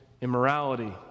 immorality